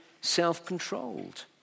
self-controlled